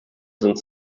sind